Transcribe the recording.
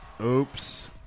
Oops